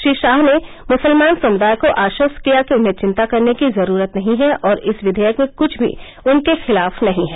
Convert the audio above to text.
श्री शाह ने मुसलमान समुदाय को आश्वस्त किया कि उन्हें चिंता करने की जरूरत नहीं है और इस विधेयक में कुछ भी उनके खिलाफ नहीं है